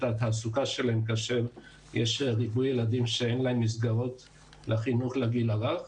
התעסוקה שלהן כאשר יש ריבוי ילדים שאין להם מסגרות לחינוך לגיל הרך.